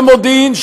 למודיעין,